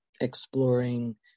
exploring